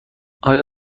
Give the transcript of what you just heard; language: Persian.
آیا